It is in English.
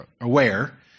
aware